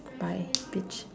bye bitch